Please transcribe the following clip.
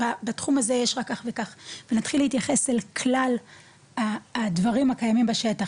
בתחום הזה יש רק כך וכך ונתחיל להתייחס אל כלל הדברים הקיימים בשטח,